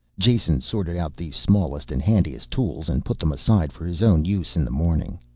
jason sorted out the smallest and handiest tools and put them aside for his own use in the morning.